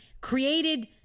created